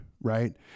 right